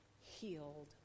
healed